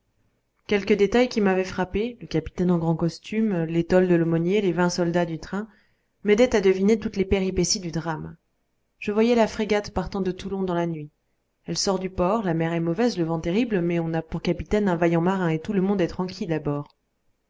quelques détails qui m'avaient frappé le capitaine en grand costume l'étole de l'aumônier les vingt soldats du train m'aidaient à deviner toutes les péripéties du drame je voyais la frégate partant de toulon dans la nuit elle sort du port la mer est mauvaise le vent terrible mais on a pour capitaine un vaillant marin et tout le monde est tranquille